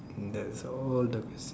and that's all the questions